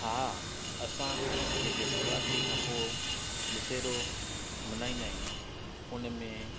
हा असां जेके नवरात्रि खां पोइ दसहिरो मल्हाईंदा आहियूं उनमें